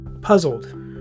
puzzled